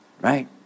right